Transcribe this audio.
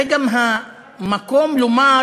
זה גם המקום לומר